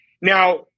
Now